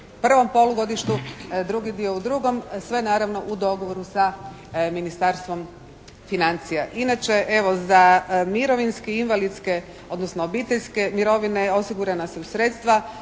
prvom polugodištu, drugi dio u drugom. Sve naravno u dogovoru sa Ministarstvom financija. Inače evo, za mirovinske i invalidske odnosno obiteljske mirovine osigurana su sredstva